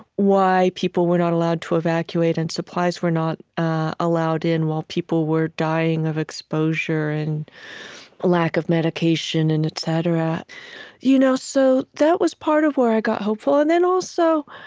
why people were not allowed to evacuate and supplies were not allowed in while people were dying of exposure and lack of medication, and etc you know so that was part of where i got hopeful. and then also,